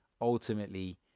ultimately